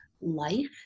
life